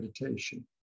meditation